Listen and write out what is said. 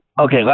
Okay